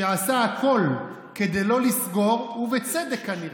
שעשה הכול כדי לא לסגור, ובצדק, כנראה,